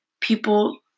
people